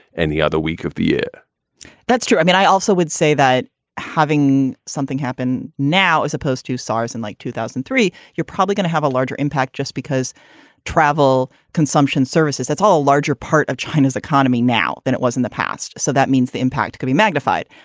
and the other week of the year that's true. i mean, i also would say that having something happen now as opposed to size in like two thousand and three, you're probably going to have a larger impact just because travel consumption services, that's all a larger part of china's economy now than it was in the past. so that means the impact can be magnified.